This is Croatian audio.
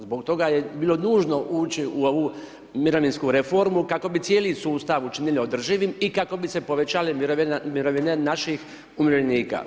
Zbog toga je bilo nužno ući u ovu mirovinsku reformu, kako bi cijeli sustav učinili održivim i kako bi se povećala mirovina naših umirovljenika.